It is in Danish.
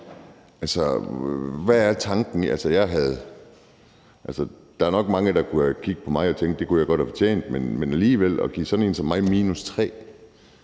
Altså, hvad er tanken? Der er nok mange, der har kigget på mig og tænkt, at det kunne jeg godt have fortjent. Men det er alligevel noget at give sådan en som mig -3.